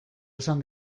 esan